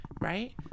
right